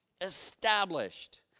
Established